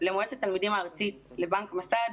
למועצת תלמידים הארצית, לבנק מסד,